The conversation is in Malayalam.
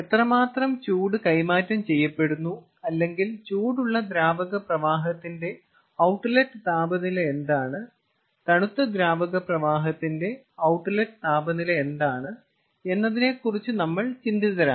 എത്രമാത്രം ചൂട് കൈമാറ്റം ചെയ്യപ്പെടുന്നു അല്ലെങ്കിൽ ചൂടുള്ള ദ്രാവക പ്രവാഹത്തിന്റെ ഔട്ട്ലറ്റ് താപനില എന്താണ് തണുത്ത ദ്രാവക പ്രവാഹത്തിന്റെ ഔട്ട്ലറ്റ് താപനില എന്താണ് എന്നതിനെക്കുറിച്ച് നമ്മൾ ചിന്തിതരാണ്